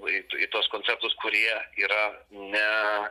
į į tuos koncertus kurie yra ne